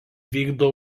vykdo